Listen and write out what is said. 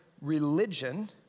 religion